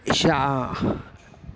एषा